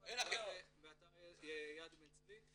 בתקשורת וגם באתר יד בן-צבי.